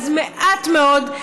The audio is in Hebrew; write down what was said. אז מעט מאוד,